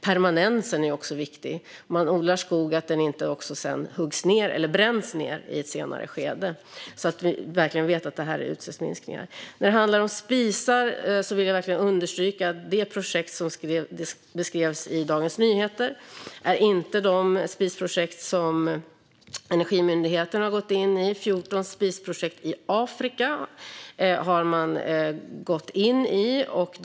Permanensen är också viktig när man odlar skog - att den inte huggs ned eller bränns ned i ett senare skede - så att vi verkligen vet att det är utsläppsminskningar. När det handlar om spisar vill jag verkligen understryka att det projekt som beskrevs i Dagens Nyheter inte är ett spisprojekt som Energimyndigheten har gått in i. Man har gått in i 14 spisprojekt i Afrika.